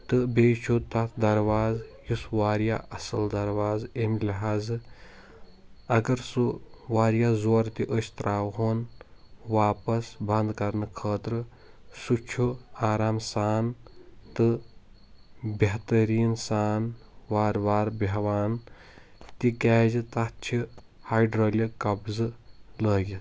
تہٕ بییٚہِ چھُ تتھ درواز یُس واریاہ اصل درواز ایٚمۍ لحاظہٕ اگر سُہ واریاہ زورٕ تہِ أسۍ تراوہوٚن واپس بنٛد کرنہٕ خٲطرٕ سُہ چھُ آرام سان تہٕ بہتریٖن سان وار وار بیہوان تِکیٛازِ تتھ چھِ ہایڈرولِک قبضہٕ لٲگتھ